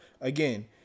again